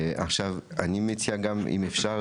עכשיו, אני מציע גם אפשר